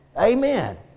Amen